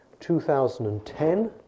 2010